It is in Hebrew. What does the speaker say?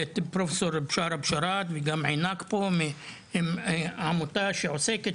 את פרופ' בשראה בשאראת ואת עינת פה מעמותה שעוסקת